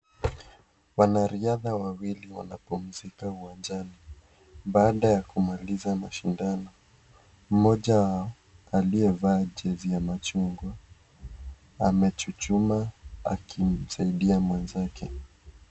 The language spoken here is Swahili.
Wanariadha wawili wanapumzika uwanjani baada ya kumaliza mashindano. Mmoja wao aliyevaa jezi ya machungwa amechuchuma akimsaidia mwenzake.